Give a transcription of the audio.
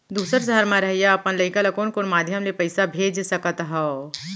दूसर सहर म रहइया अपन लइका ला कोन कोन माधयम ले पइसा भेज सकत हव?